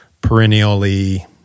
perennially